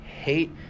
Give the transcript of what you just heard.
hate